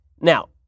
Now